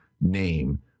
name